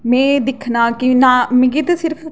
में दिक्खना कि ना मिकी ते सिर्फ